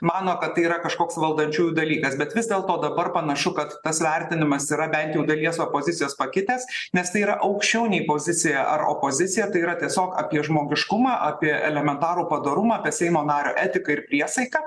mano kad tai yra kažkoks valdančiųjų dalykas bet vis dėlto dabar panašu kad tas vertinimas yra bent jau dalies opozicijos pakitęs nes tai yra aukščiau nei pozicija ar opozicija tai yra tiesiog apie žmogiškumą apie elementarų padorumą apie seimo nario etiką ir priesaiką